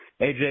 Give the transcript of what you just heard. AJ